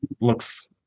looks